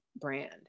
brand